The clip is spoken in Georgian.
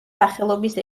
სახელობის